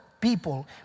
people